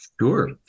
Sure